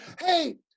Hey